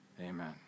Amen